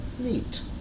neat